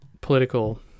political